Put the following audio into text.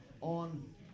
on